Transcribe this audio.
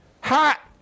Ha